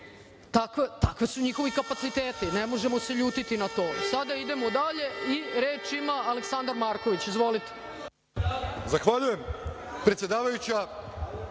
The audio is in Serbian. takvi su njihovi kapaciteti, ne možemo se ljutiti na to. Sada idemo dalje i reč ima Aleksandar Marković. Izvolite.